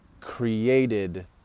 created